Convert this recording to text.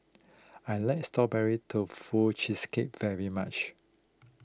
I like Strawberry Tofu Cheesecake very much